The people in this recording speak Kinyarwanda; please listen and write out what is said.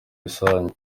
rusange